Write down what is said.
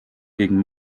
gegen